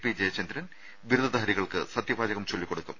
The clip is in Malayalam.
പി ജയചന്ദ്രൻ ബിരുദധാരികൾക്ക് സത്യവാചകം ചൊല്ലിക്കൊടുക്കും